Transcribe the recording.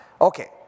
Okay